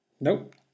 Nope